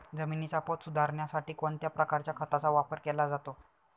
जमिनीचा पोत सुधारण्यासाठी कोणत्या प्रकारच्या खताचा वापर केला जातो?